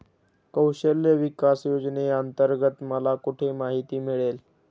कौशल्य विकास योजनेअंतर्गत मला कुठे माहिती मिळेल?